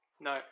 no